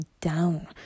down